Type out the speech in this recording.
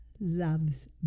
loves